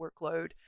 workload